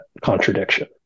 contradiction